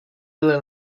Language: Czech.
byli